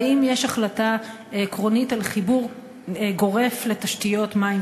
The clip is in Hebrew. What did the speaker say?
האם יש החלטה עקרונית על חיבור גורף לתשתיות מים